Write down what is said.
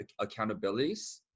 accountabilities